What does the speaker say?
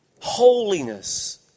holiness